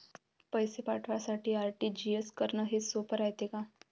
पैसे पाठवासाठी आर.टी.जी.एस करन हेच सोप रायते का?